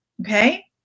Okay